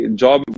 job